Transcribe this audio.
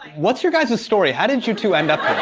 what's your guys' story? how did you two end up here?